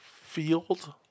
field